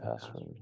password